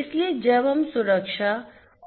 इसलिए जब हम सुरक्षा